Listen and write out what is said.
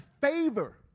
favor